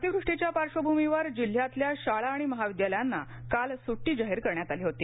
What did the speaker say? अतिकृष्टीघ्या पार्श्वभूमीवर जिल्ह्यातल्या शाळा आणि महाविद्यालयांना काल सुटी जाहीर करण्यात आली होती